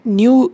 new